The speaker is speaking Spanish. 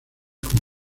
con